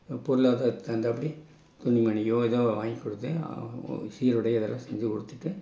பொருளாதாரத்துக்கு தகுந்தாப்படி துணி மணியோ ஏதோ வாங்கி கொடுத்து சீருடை இதெல்லாம் செஞ்சு கொடுத்துட்டு